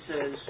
says